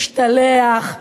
ישתלח,